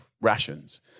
rations